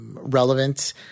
relevant